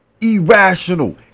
irrational